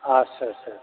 आदसा आदसा